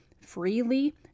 freely